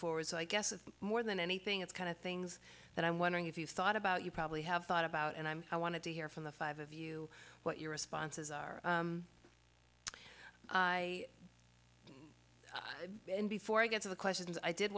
forward so i guess it's more than anything it's kind of things that i'm wondering if you've thought about you probably have thought about and i'm i want to hear from the five of you what your responses are i before i get to the questions i did